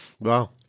Wow